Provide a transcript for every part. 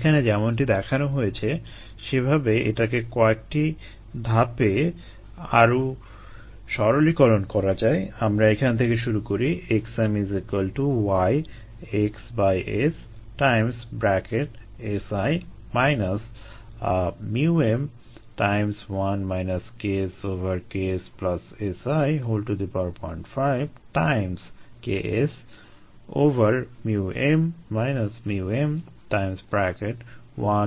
এখানে যেমনটি দেখানো হয়েছে সেভাবে এটাকে কয়েক ধাপে আরো সরলীকরণ করা যায় আমরা এখান থেকে শুরু করি xmYxS Si m1 KSKSSi05 KSm m1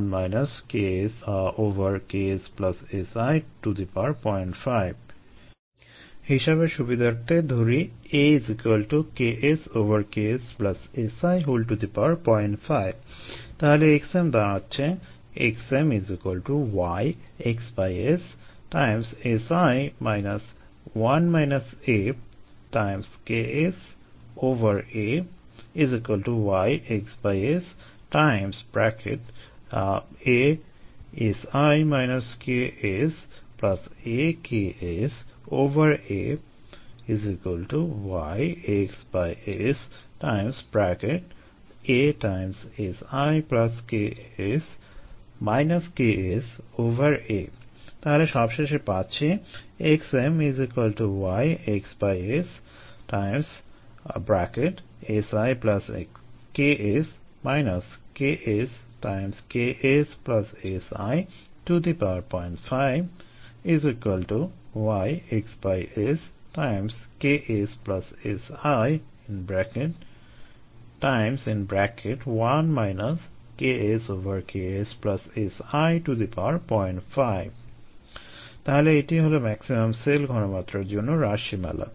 KSKSSi05 হিসাবের সুবিধার্থে ধরি A KSKSSi05 তাহলে xm দাঁড়াচ্ছে xmYxS Si 1 A KSA YxS ASi KSA KSA YxS ASiKS KSA তাহলে সবশেষে পাচ্ছি xmYxS SiKS KSKSSi05YxS KSSi1 KSKSSi05 তাহলে এটিই হলো ম্যাক্সিমাম সেল ঘনমাত্রার জন্য রাশিমালা